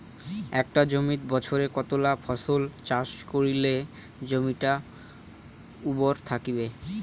একটা জমিত বছরে কতলা ফসল চাষ করিলে জমিটা উর্বর থাকিবে?